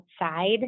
outside